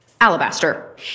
alabaster